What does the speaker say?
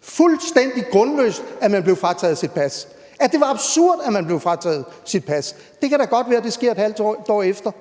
fuldstændig grundløst – at man blev frataget sit pas, at det var absurd, at man blev frataget sit pas, men når det sker et halvt år efter, kan det godt være, det sker,